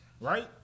right